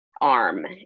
arm